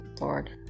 Lord